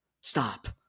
Stop